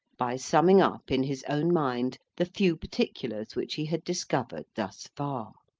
by summing up in his own mind the few particulars which he had discovered thus far.